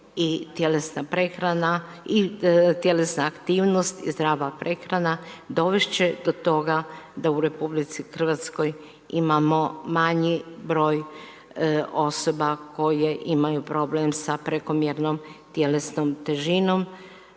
i tjelesna aktivnost i zdrava prehrana dovesti će do toga da u RH imamo manji broj osoba koje imaju problem sa prekomjernom tjelesnom težinom.